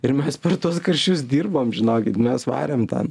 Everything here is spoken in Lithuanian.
ir mes per tuos karščius dirbom žinokit mes varėm ten